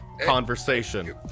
conversation